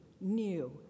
new